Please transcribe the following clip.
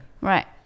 Right